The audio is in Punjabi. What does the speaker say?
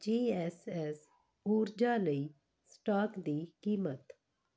ਜੀ ਐਸ ਐਸ ਊਰਜਾ ਲਈ ਸਟਾਕ ਦੀ ਕੀਮਤ